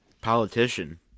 Politician